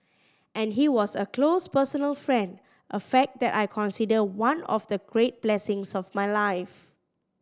and he was a close personal friend a fact that I consider one of the great blessings of my life